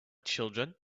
children